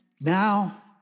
now